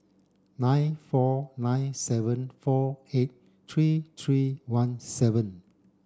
nine four nine seven four eight three three one seven